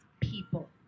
people